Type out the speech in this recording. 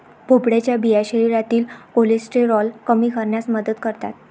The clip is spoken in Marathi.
भोपळ्याच्या बिया शरीरातील कोलेस्टेरॉल कमी करण्यास मदत करतात